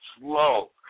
slow